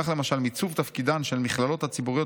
כך למשל מיצוב תפקידן של המכללות הציבוריות